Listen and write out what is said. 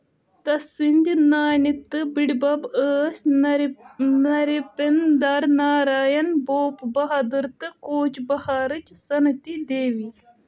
تسٕنٛدۍ نانہِ تہٕ بُڈبب ٲسۍ نرِ نریپیندر ناراین بھوپ بہادر تہٕ کوچ بہارٕچ سنیتی دیوی